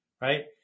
right